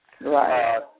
Right